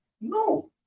No